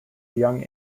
young